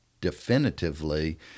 definitively